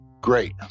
Great